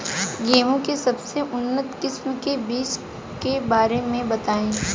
गेहूँ के सबसे उन्नत किस्म के बिज के बारे में बताई?